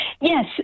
Yes